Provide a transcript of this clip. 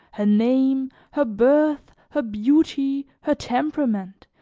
her name, her birth, her beauty, her temperament,